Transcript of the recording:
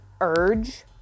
urge